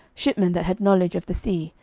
shipmen that had knowledge of the sea,